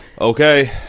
okay